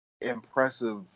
impressive